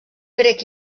grec